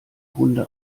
hunde